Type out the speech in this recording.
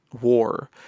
war